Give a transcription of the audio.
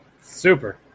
Super